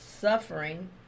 suffering